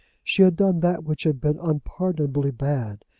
she had done that which had been unpardonably bad,